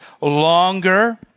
longer